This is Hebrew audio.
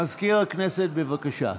מזכיר הכנסת, בבקשה.